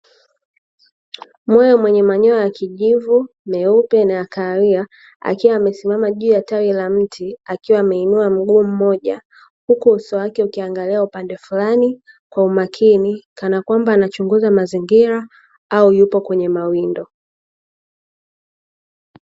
Mwewe mwenye manyoya ya kijivu, meupe na ya kahawia, akiwa amesimama juu ya tawi la mti akiwa ameinua mguu mmoja, huku uso wake ukiangalia upande fulani kwa makini kana Kwamba anachunguza mazingira au yupo kwenye mawindo.